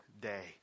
day